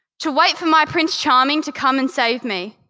to wait for my prince charming to come and save me,